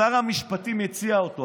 שר המשפטים הציע אותו.